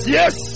yes